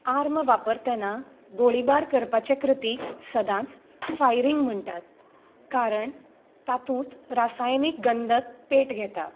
arm वापरतना गोळीबार करपाचे कृतीक सदांच फायरिंग म्हणटात कारण तातूंत रासायनीक गंदक पेट घेता